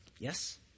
Yes